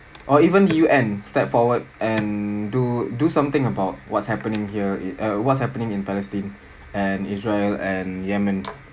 or even U_N stepped forward and do do something about what's happening here I~ uh` what's happening in palestine and israel and yemen